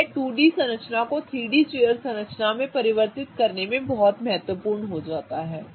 तो यह 2 डी संरचना को 3 डी चेयर संरचना में परिवर्तित करने में बहुत महत्वपूर्ण हो जाता है